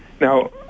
Now